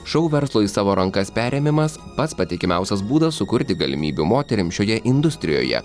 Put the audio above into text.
šou verslo į savo rankas perėmimas pats patikimiausias būdas sukurti galimybių moterims šioje industrijoje